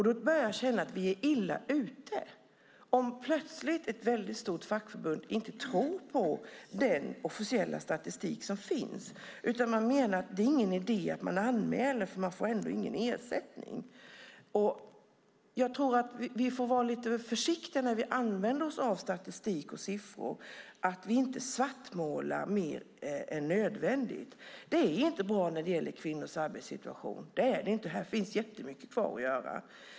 Då börjar jag känna att vi är illa ute, om ett väldigt stort fackförbund plötsligt inte tror på den officiella statistik som finns. Man menar att det inte är någon idé att anmäla, för personen får ändå ingen ersättning. Jag tror att vi när vi använder oss av statistik och siffror får vara lite försiktiga för att inte svartmåla mer än nödvändigt. Det är inte bra när det gäller kvinnors arbetssituation. Det är det inte; det finns jättemycket kvar att göra.